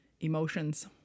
emotions